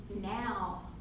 now